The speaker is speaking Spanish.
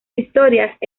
historias